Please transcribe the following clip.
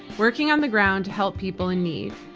working on the ground to help people in need.